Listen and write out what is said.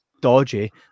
dodgy